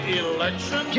election